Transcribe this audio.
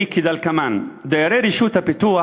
היא כדלקמן: דיירי רשות הפיתוח